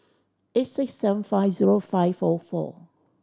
eight six seven five zero five four four